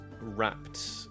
wrapped